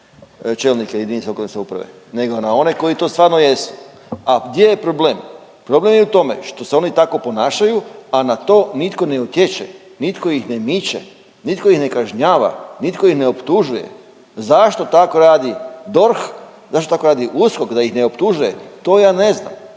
čelnike jedinice lokalne samouprave, nego na one koji to stvarno jesu, a gdje je problem? Problem je u tome što se oni tako ponašaju, a na to nitko ne utječe, nitko ih ne miče, nitko ih ne kažnjava, nitko ih ne optužuje. Zašto tako radi DORH, zašto tako radi USKOK da ih ne optužuje, to ja ne znam.